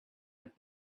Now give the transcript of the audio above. have